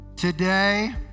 Today